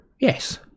Yes